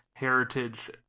heritage